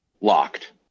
locked